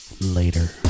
later